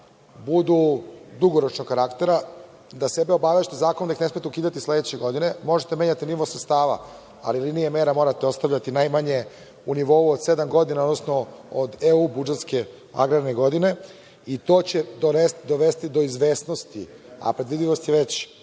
budu dugoročnog karaktera, da sebe obavežete da zakonom ne smete ukidati sledeće godine. Možete da menjate nivo sredstva, ali linije mera morate ostavljati najmanje u nivou od sedam godina, odnosno od EU budžetske agrarne godine i to će dovesti do izvesnosti, a predvidljivost je već